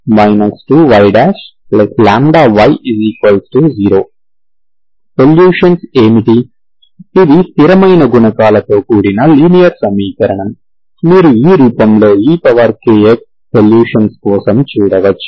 solutions ఏమిటి ఇది స్థిరమైన గుణకాలతో కూడిన లీనియర్ సమీకరణం మీరు ఈ రూపంలో ekx సొల్యూషన్స్ కోసం చూడవచ్చు